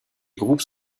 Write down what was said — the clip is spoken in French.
groupes